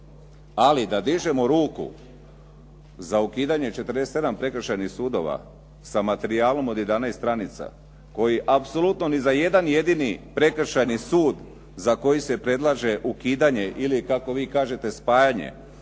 Ali da dižemo ruku za ukidanje 47 prekršajnih sudova sa materijalom od 11 stranica koji apsolutno ni za jedan jedini prekršajni sud za koji se predlaže ukidanje ili kako vi kažete spajanje